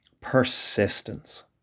Persistence